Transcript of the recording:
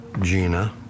Gina